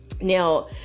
Now